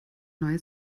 neue